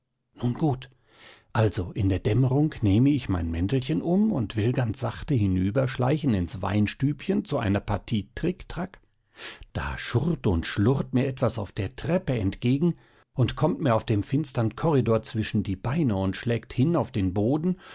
nun gut also in der dämmerung nehme ich mein mäntelchen um und will ganz sachte hinüberschleichen ins weinstübchen zu einer partie trik trak da schurrt und schlurrt mir etwas auf der treppe entgegen und kommt mir auf dem finstern korridor zwischen die beine und schlägt hin auf den boden